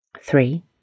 three